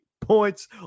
points